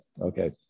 Okay